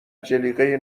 جلیقه